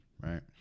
right